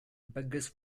beggars